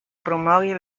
promogui